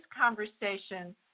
conversation